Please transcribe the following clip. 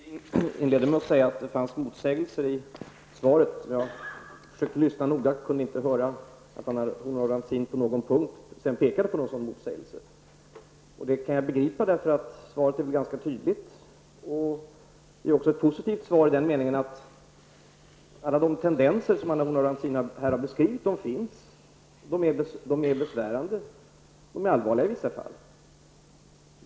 Herr talman! Anna Horn af Rantzien inledde med att säga att det fanns motsägelser i svaret. Jag försökte lyssna noga, men jag kunde inte höra att Anna Horn af Rantzien på någon punkt pekade på någon sådan motsägelse. Det kan jag begripa, för svaret är ganska tydligt. Det är också ett positivt svar i den meningen att alla de tendenser som Anna Horn af Rantzien har beskrivit finns med. De är besvärande och de är i vissa fall allvarliga.